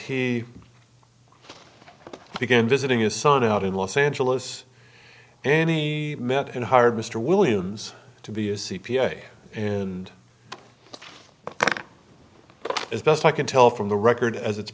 he began visiting his son out in los angeles any minute and hired mr williams to be a c p a and as best i can tell from the record as it's